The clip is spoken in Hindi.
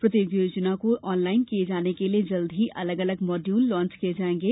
प्रत्येक योजना को ऑनलाइन करने के लिये जल्द ही अलग अलग मॉड्यूल लांच किये जायेंगे